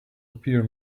appear